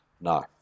No